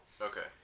Okay